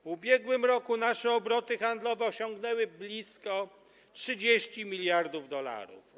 W ubiegłym roku nasze obroty handlowe osiągnęły blisko 30 mld dolarów.